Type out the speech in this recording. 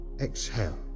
exhale